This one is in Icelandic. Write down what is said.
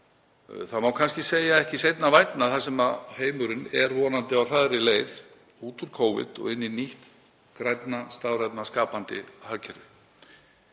Það má kannski segja „ekki seinna vænna“ þar sem heimurinn er vonandi á hraðri leið út úr Covid og inn í nýtt, grænna, stafrænna, skapandi hagkerfi